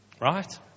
Right